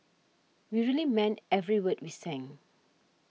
we really meant every word we sang